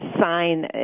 sign